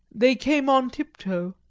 they came on tip-toe,